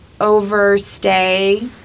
overstay